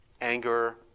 anger